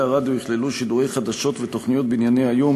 הרדיו יכללו שידורי חדשות ותוכניות בענייני היום,